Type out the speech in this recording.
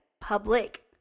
public